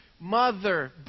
mother